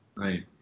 Right